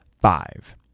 five